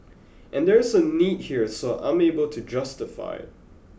and there is a need here so I'm able to justify it